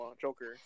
Joker